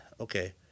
okay